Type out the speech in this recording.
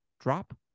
drop